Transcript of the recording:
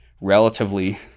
relatively